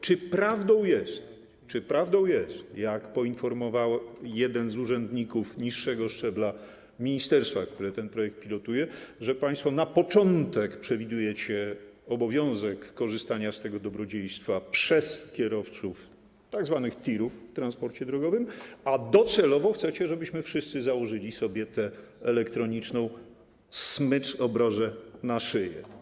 Czy prawdą jest - czy prawdą jest - jak poinformował jeden z urzędników niższego szczebla ministerstwa, które ten projekt pilotuje, że państwo na początek przewidujecie obowiązek korzystania z tego dobrodziejstwa przez kierowców tzw. tirów w transporcie drogowym, a docelowo chcecie, żebyśmy wszyscy założyli sobie tę elektroniczną smycz, obrożę na szyję?